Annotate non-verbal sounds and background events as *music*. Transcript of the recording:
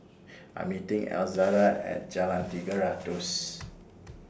I'm meeting *noise* Elzada At Jalan Tiga Ratus